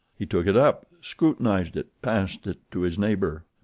he took it up, scrutinised it, passed it to his neighbour,